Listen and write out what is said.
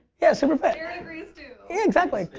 yeah super fit. garrett agrees too. yeah, exactly.